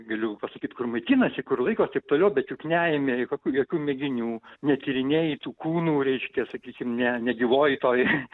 galiu pasakyt kur maitinasi kur laikos taip toliau bet juk neimi jok jokių mėginių netyrinėji tų kūnų reiškia sakykim ne negyvoj toj